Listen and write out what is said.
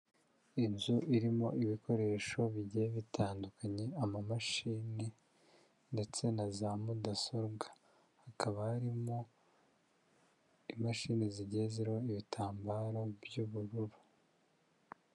Inzu irimo ibikoresho bigiye bitandukanye, amamashini ndetse na za mudasobwa. Hakaba harimo imashini zigiye ziriho ibitambaro by'ubururu.